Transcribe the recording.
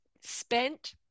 spent